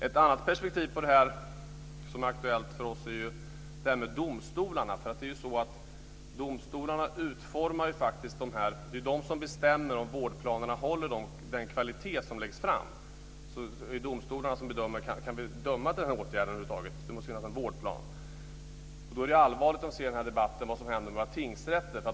Ett annat perspektiv på det här som är aktuellt för oss gäller domstolarna. Det är ju domstolarna som bestämmer om vårdplanerna håller den kvalitet som läggs fram. Det är domstolarna som bedömer om de kan kan döma till en åtgärd. Det måste finnas en vårdplan. Då är det allvarligt att höra debatten om vad som händer med våra tingsrätter.